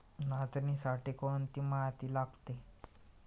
नाचणीसाठी कोणती माती लागते?